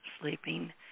sleeping